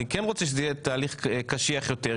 אני כן רוצה שזה יהיה תהליך קשיח יותר,